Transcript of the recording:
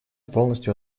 полностью